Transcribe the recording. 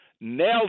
nailed